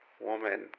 woman